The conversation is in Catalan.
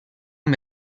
amb